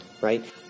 right